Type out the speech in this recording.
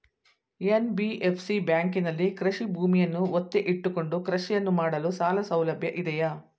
NBFC ಬ್ಯಾಂಕಿನಲ್ಲಿ ಕೃಷಿ ಭೂಮಿಯನ್ನು ಒತ್ತೆ ಇಟ್ಟುಕೊಂಡು ಕೃಷಿಯನ್ನು ಮಾಡಲು ಸಾಲಸೌಲಭ್ಯ ಇದೆಯಾ?